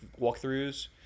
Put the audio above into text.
walkthroughs